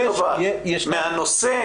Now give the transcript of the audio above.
מהנושא?